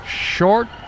short